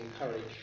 encourage